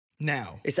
Now